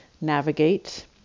navigate